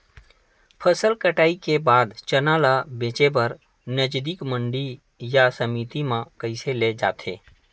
फसल कटाई के बाद चना ला बेचे बर नजदीकी मंडी या समिति मा कइसे ले जाथे?